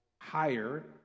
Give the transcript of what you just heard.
higher